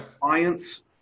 Clients